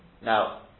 Now